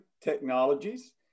technologies